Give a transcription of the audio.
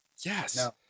Yes